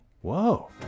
Whoa